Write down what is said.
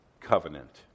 covenant